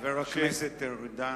חבר הכנסת ארדן,